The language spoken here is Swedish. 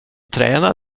träna